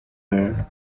there